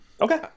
Okay